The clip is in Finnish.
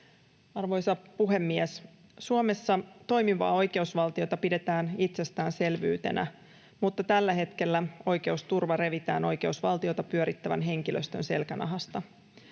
Arvoisa puhemies! Suomessa pidetään toimivaa oikeusvaltiota itsestäänselvyytenä, mutta tällä hetkellä oikeusturva revitään oikeusvaltiota pyörittävän henkilöstön selkänahasta.